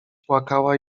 płakała